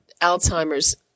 Alzheimer's